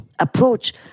approach